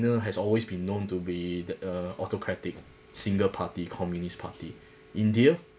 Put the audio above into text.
has always been known to be the uh autocratic single party communist party india